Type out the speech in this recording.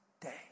day